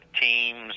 teams